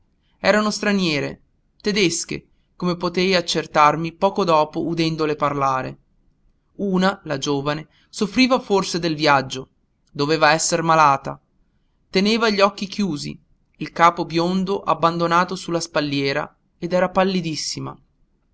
erano straniere tedesche come potei accertarmi poco dopo udendole parlare una la giovane soffriva forse del viaggio doveva esser malata teneva gli occhi chiusi il capo biondo abbandonato su la spalliera ed era